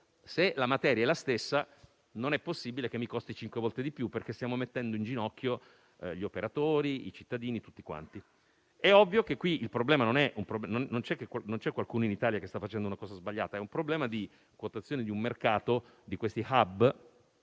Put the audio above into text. se la materia è la stessa, non è possibile costi cinque volte di più, perché stiamo mettendo in ginocchio gli operatori, i cittadini e tutti quanti. È ovvio che non c'è qualcuno che in Italia sta facendo una cosa sbagliata. È un problema di quotazione di un mercato di questi *hub,*